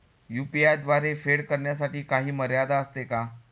UPI द्वारे फेड करण्यासाठी काही मर्यादा असते का?